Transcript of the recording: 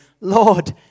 Lord